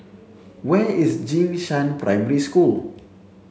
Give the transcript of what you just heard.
where is Jing Shan Primary School